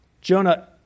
Jonah